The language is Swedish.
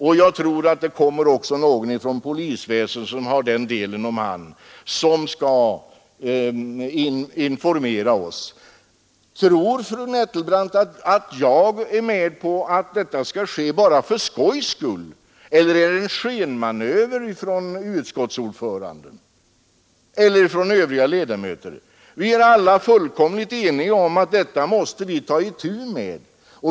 Och jag tror att det också från polisväsendet kommer någon representant som har hand om dessa frågor. Tror fru Nettelbrandt att jag är med på att detta skall ske bara för skojs skull eller att det är en skenmanöver från utskottsordföranden eller övriga ledamöter? Vi är alla fullkomligt eniga om att detta problem måste vi ta itu med.